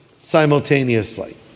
simultaneously